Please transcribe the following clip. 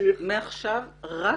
מעכשיו רק מפיך.